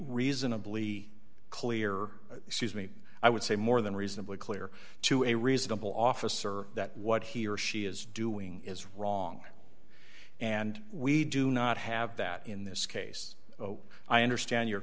reasonably clear excuse me i would say more than reasonably clear to a reasonable officer that what he or she is doing is wrong and we do not have that in this case i understand your